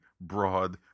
broad